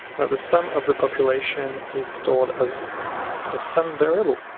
where the sum of the population is stored as a sum variable.